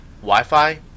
Wi-Fi